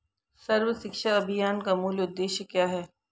सर्व शिक्षा अभियान का मूल उद्देश्य क्या है?